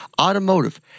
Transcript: automotive